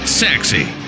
sexy